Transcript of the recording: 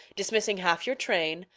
dismissing half your train,